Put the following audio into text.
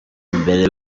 mbere